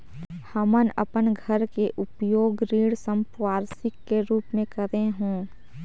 हमन अपन घर के उपयोग ऋण संपार्श्विक के रूप म करे हों